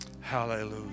Hallelujah